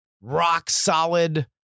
rock-solid